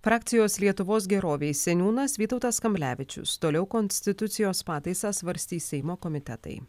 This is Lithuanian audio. frakcijos lietuvos gerovei seniūnas vytautas kamblevičius toliau konstitucijos pataisas svarstys seimo komitetai